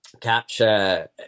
capture